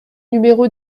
numéro